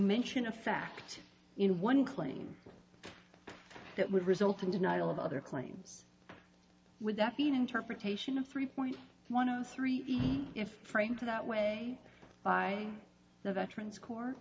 mention a fact in one claim that would result in denial of other claims would that be an interpretation of three point one zero three if frank that way by the veterans cor